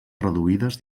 reduïdes